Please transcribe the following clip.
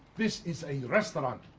this is a restaurant,